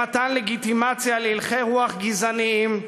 במתן לגיטימציה להלכי רוח גזעניים,